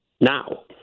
now